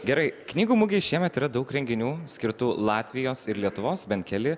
gerai knygų mugė šiemet yra daug renginių skirtų latvijos ir lietuvos bent keli